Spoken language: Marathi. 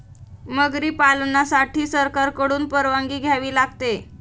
मगरी पालनासाठी सरकारकडून परवानगी घ्यावी लागते